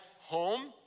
home